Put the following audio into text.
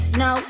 no